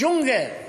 ג'ונגל.